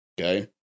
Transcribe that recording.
Okay